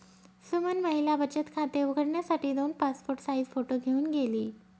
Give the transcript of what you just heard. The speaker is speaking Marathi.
सुमन महिला बचत खाते उघडण्यासाठी दोन पासपोर्ट साइज फोटो घेऊन गेली